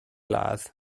ladd